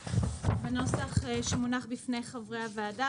בנוסח שמונח בפני חברי הוועדה,